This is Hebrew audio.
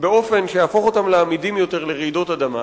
באופן שיהפוך אותם לעמידים יותר ברעידות אדמה,